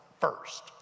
first